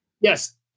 Yes